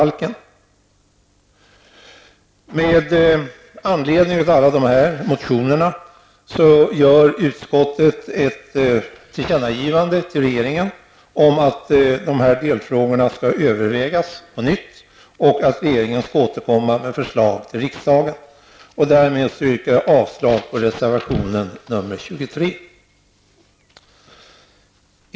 Med anledning av motionerna hemställer utskottet att riksdagen skall göra ett tillkännagivande till regeringen om att de här delfrågorna skall övervägas på nytt och att regeringen skall återkomma med förslag till riksdagen. Därmed yrkar jag avslag på reservation 23.